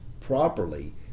properly